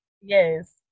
Yes